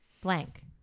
blank